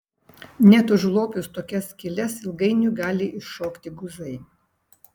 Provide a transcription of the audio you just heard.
net užlopius tokias skyles ilgainiui gali iššokti guzai